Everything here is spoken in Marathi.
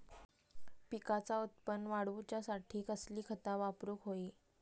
पिकाचा उत्पन वाढवूच्यासाठी कसली खता वापरूक होई?